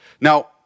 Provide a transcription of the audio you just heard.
Now